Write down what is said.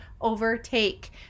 overtake